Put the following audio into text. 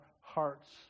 hearts